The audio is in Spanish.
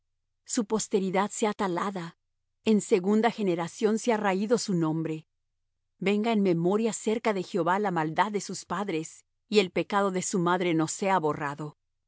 su posteridad sea talada en segunda generación sea raído su nombre venga en memoria cerca de jehová la maldad de sus padres y el pecado de su madre no sea borrado